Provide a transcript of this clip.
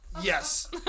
yes